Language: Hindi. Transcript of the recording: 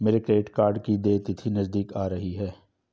मेरे क्रेडिट कार्ड की देय तिथि नज़दीक आ रही है